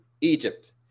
Egypt